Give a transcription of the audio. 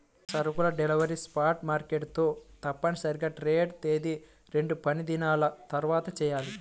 సరుకుల delivery spot market తో తప్పనిసరిగా ట్రేడ్ తేదీకి రెండుపనిదినాల తర్వాతచెయ్యాలి